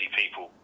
people